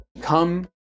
come